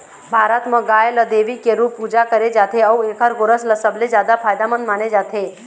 भारत म गाय ल देवी के रूप पूजा करे जाथे अउ एखर गोरस ल सबले जादा फायदामंद माने जाथे